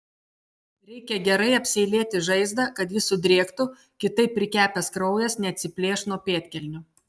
reikia gerai apseilėti žaizdą kad ji sudrėktų kitaip prikepęs kraujas neatsiplėš nuo pėdkelnių